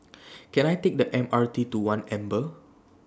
Can I Take The M R T to one Amber